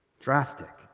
Drastic